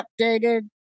updated